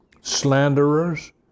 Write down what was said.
slanderers